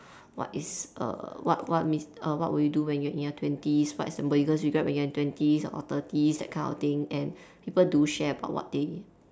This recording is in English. what is err what what mea~ err what would you do when you are in your twenties what is the biggest regret when you are in twenties or thirties that kind of thing and people do share about what they